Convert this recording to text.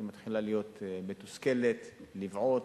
מתחילה להיות מתוסכלת, לבעוט,